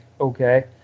okay